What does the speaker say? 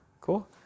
Cool